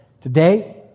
today